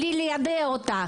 בלי ליידע אותה?